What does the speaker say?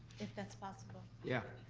if that's possible. yeah.